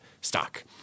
stock